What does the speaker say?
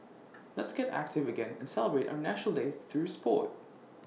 let's get active again and celebrate our National Day through Sport